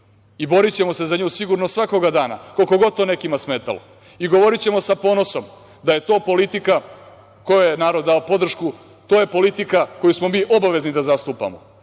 Borićemo se za nju sigurno svakoga dana, koliko god to nekima smetalo i govorićemo sa ponosom da je to politika kojoj je narod dao podršku. To je politika koju smo mi obavezni da zastupamo,